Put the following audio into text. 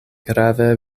grave